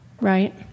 right